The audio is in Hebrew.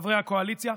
חברי הקואליציה,